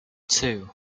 two